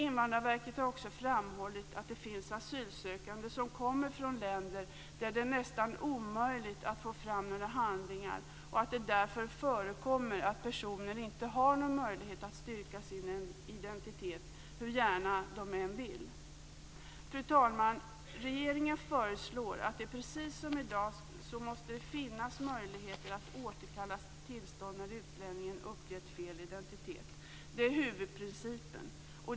Invandrarverket har också framhållit att det finns asylsökande som kommer från länder där det är nästan omöjligt att få fram några handlingar och att det därför förekommer att personer inte har någon möjlighet att styrka sin identitet hur gärna de än vill. Fru talman! Regeringen föreslår att det precis som i dag måste finnas möjligheter att återkalla tillstånd när utlänningen uppgett fel identitet. Det är huvudprincipen.